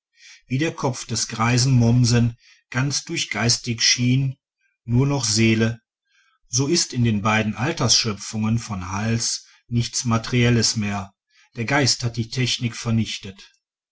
wie der kopf des greisen mommsen ganz durchgeistigt schien nur noch seele so ist in den beiden altersschöpfungen von hals nichts materielles mehr der geist hat die technik vernichtet